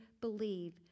believe